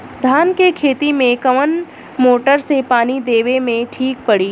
धान के खेती मे कवन मोटर से पानी देवे मे ठीक पड़ी?